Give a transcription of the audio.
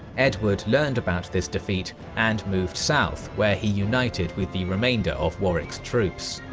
edward learned about this defeat and moved south where he united with the remainder of warwick's troops.